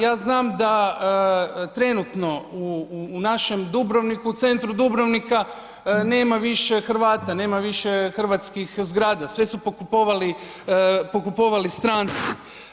Ja znam da trenutno u našem Dubrovniku, centru Dubrovnika nema više Hrvata, nema više hrvatskih zgrada, sve su pokupovali stranci.